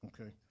Okay